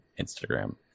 Instagram